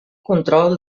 control